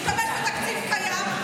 משתמש בתקציב קיים,